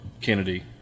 Kennedy